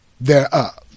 thereof